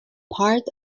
part